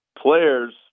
players